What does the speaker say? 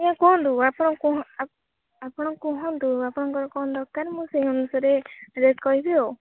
ଆଜ୍ଞା କୁହନ୍ତୁ ଆପଣ କୁହନ୍ତୁ ଆପଣ ଆପଣ କୁହନ୍ତୁ ଆପଣଙ୍କର କ'ଣ ଦରକାର ମୁଁ ସେଇ ଅନୁସାରେ ରେଟ୍ କହିବି ଆଉ